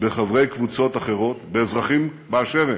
בחברי קבוצות אחרות, באזרחים באשר הם.